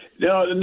No